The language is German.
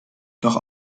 doch